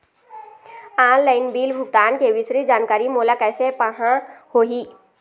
Online bill भुगतान के विस्तृत जानकारी मोला कैसे पाहां होही?